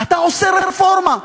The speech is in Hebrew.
אתה עושה רפורמה.